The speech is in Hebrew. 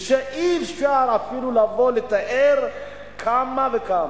ואי-אפשר אפילו לבוא ולתאר כמה וכמה.